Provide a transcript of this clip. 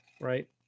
Right